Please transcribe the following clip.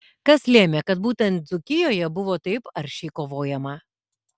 kas lėmė kad būtent dzūkijoje buvo taip aršiai kovojama